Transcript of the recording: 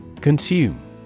Consume